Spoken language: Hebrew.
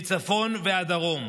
מצפון ועד דרום.